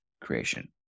creation